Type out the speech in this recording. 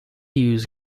use